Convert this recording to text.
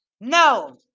No